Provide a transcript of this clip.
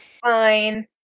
Fine